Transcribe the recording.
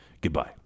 goodbye